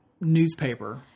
newspaper